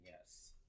yes